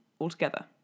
altogether